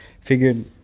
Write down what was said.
Figured